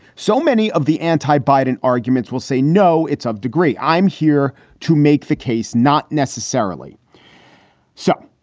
so many of the anti biden arguments will say, no, it's of degree. i'm here to make the case. not necessarily so.